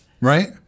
right